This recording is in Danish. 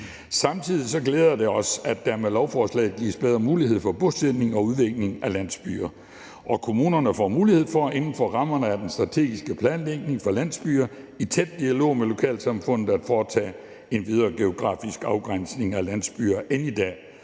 Samtidig glæder det os, at der med lovforslaget gives bedre mulighed for bosætning og udvikling af landsbyer, og kommunerne får mulighed for inden for rammerne af den strategiske planlægning for landsbyer i tæt dialog med lokalsamfundet at foretage en videre geografisk afgrænsning af landsbyer end i dag,